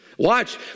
Watch